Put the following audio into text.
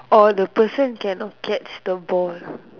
or the person cannot catch the ball